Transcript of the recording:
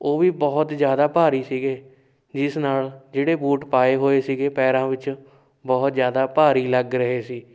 ਉਹ ਵੀ ਬਹੁਤ ਜ਼ਿਆਦਾ ਭਾਰੀ ਸੀਗੇ ਜਿਸ ਨਾਲ ਜਿਹੜੇ ਬੂਟ ਪਾਏ ਹੋਏ ਸੀਗੇ ਪੈਰਾਂ ਵਿੱਚ ਬਹੁਤ ਜ਼ਿਆਦਾ ਭਾਰੀ ਲੱਗ ਰਹੇ ਸੀ